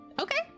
Okay